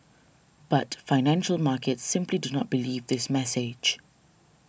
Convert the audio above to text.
but financial markets simply do not believe this message